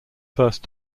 first